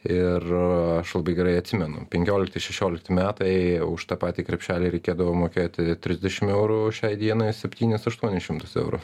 ir aš labai gerai atsimenu penkiolikti šešiolikti metai už tą patį krepšelį reikėdavo mokėti trisdešim eurų šiai dienai septynis aštuonis šimtus eurų